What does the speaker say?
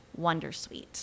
wondersuite